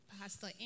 Pastor